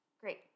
Great